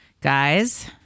Guys